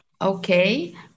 Okay